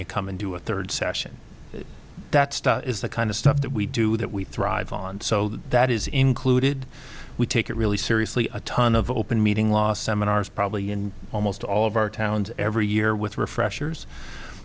you come and do a third session that is the kind of stuff that we do that we thrive on so that is included we take it really seriously a ton of open meeting last seminars probably in almost all of our towns every year with refresher